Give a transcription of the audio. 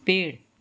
पेड़